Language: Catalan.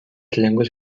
llengües